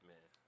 Man